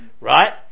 Right